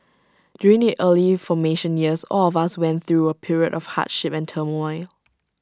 during the early formation years all of us went through A period of hardship and turmoil